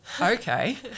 Okay